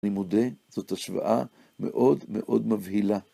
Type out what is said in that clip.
אני מודה, זאת השוואה מאוד מאוד מבהילה.